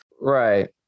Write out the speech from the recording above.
Right